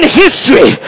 history